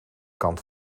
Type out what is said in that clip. kant